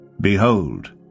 Behold